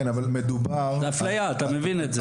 אתה מבין שזו אפליה?